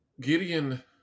Gideon